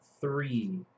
three